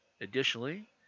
Additionally